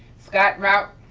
scott roqe.